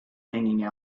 hanging